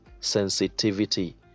sensitivity